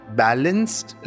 balanced